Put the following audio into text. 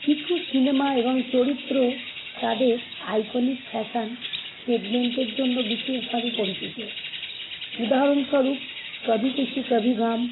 কিছু সিনেমা এবং চরিত্র তাদের আইকনিক ফ্যাশন স্টেটমেন্টের জন্য বিশেষভাবে পরিচিত উদাহরণস্বরূপ কভি খুশি কভি গম